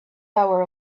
hour